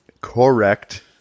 Correct